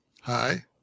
Hi